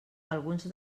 alguns